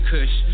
Kush